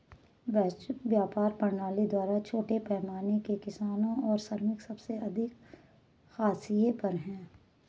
वैश्विक व्यापार प्रणाली द्वारा छोटे पैमाने के किसान और श्रमिक सबसे अधिक हाशिए पर हैं